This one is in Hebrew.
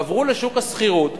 עברו לשוק השכירות.